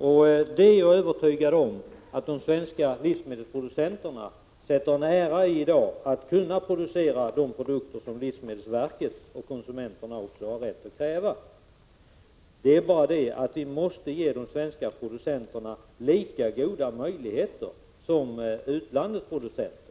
Jag är övertygad om att de svenska livsmedelsproducenterna i dag sätter en ära i att kunna producera de produkter som livsmedelsverket och också konsumenterna har rätt att kräva. Men vi måste ge de svenska producenterna lika goda möjligheter som utländska producenter.